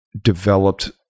developed –